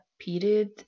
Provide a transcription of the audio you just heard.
period